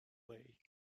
way